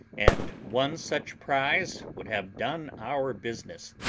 and one such prize would have done our business.